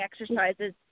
exercises